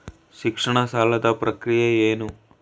ಶಿಕ್ಷಣ ಸಾಲದ ಪ್ರಕ್ರಿಯೆ ಏನು?